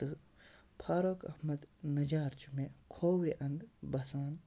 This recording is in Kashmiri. تہٕ فاروق احمد نَجار چھُ مےٚ کھوورِ اَندٕ بَسان